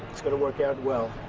it's going to work out well.